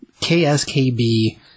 KSKB